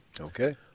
Okay